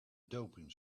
doping